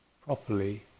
properly